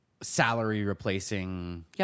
salary-replacing